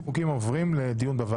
החוקים עוברים לדיון בוועדה.